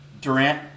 Durant